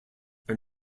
are